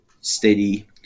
steady